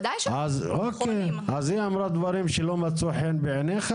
היא אמרה דברים שלא מצאו חן בעיניך,